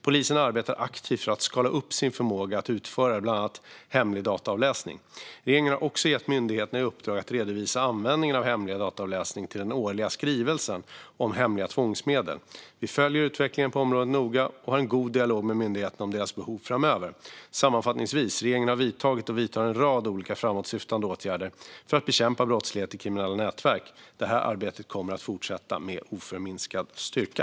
Polisen arbetar aktivt för att skala upp sin förmåga att utföra bland annat hemlig dataavläsning. Regeringen har också gett myndigheterna i uppdrag att redovisa användningen av hemlig dataavläsning till den årliga skrivelsen om hemliga tvångsmedel. Vi följer utvecklingen på området noga och har en god dialog med myndigheterna om deras behov framöver. Sammanfattningsvis har regeringen vidtagit och vidtar en rad olika framåtsyftande åtgärder för att bekämpa brottslighet i kriminella nätverk. Det här arbetet kommer att fortsätta med oförminskad styrka.